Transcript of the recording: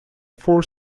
four